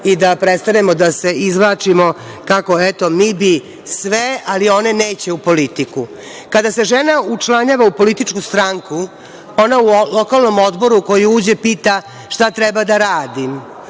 i da prestanemo da se izvlačimo kako, eto, mi bi sve, ali one neće u politiku. Kada se žena učlanjava u političku stranku, ona u lokalnom odboru koji uđe, pita – šta treba da radim?